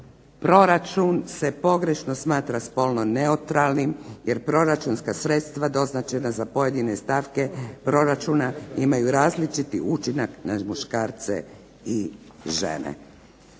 Proračun se pogrešno smatra spolno neutralnim jer proračunska sredstva doznačena za pojedine stavke proračuna imaju različiti učinak na muškarce i žene.